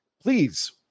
Please